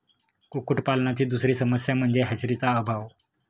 कुक्कुटपालनाची दुसरी समस्या म्हणजे हॅचरीचा अभाव